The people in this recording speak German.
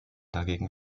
dagegen